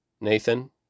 Nathan